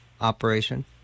operation